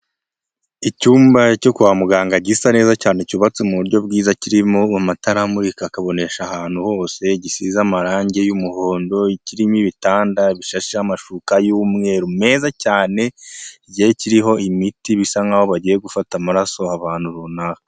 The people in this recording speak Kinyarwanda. Icyumba cyo kwa muganga gisa neza cyane, cyubatse mu buryo bwiza, kirimo amatara amurika akabonesha ahantu hose, gisize amarangi y'umuhondo, kirimo ibitanda bishasheho amashuka y'umweru meza cyane, kigiye kiriho imiti, bisa nk'aho bagiye gufata amaraso ahantu runaka.